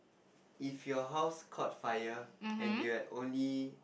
if your house caught fire and you had only